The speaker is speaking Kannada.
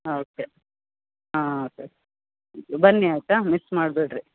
ಹಾಂ ಓಕೆ ಹಾಂ ಸರ್ ಬನ್ನಿ ಆಯಿತಾ ಮಿಸ್ ಮಾಡಬೇಡ್ರಿ